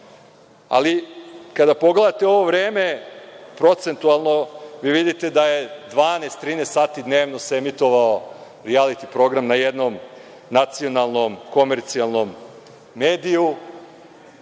sata. Kada pogledate ovo vreme procentualno vi vidite da je 12, 13 sati dnevno se emitovao rijaliti program na jedno nacionalnom, komercijalnom mediju